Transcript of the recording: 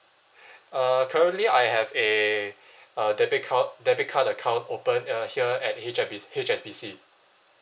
uh currently I have a uh debit card debit card account open uh here at H_S_B H_S_B_C